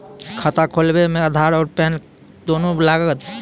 खाता खोलबे मे आधार और पेन कार्ड दोनों लागत?